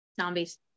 Zombies